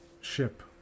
ship